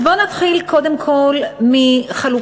אז בוא נתחיל קודם כול מחלוקה,